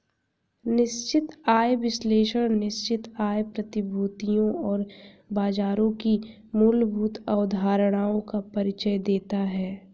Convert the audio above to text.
निश्चित आय विश्लेषण निश्चित आय प्रतिभूतियों और बाजारों की मूलभूत अवधारणाओं का परिचय देता है